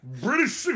British